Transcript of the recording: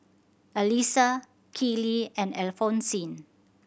Elisa Keely and Alphonsine